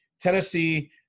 Tennessee